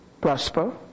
prosper